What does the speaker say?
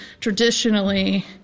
traditionally